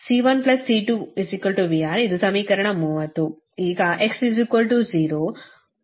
ಆದ್ದರಿಂದ C1 C2 VR ಇದು ಸಮೀಕರಣ 30